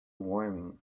warming